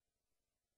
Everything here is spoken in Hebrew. נשק?